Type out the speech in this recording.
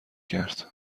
کرد